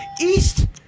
East